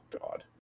God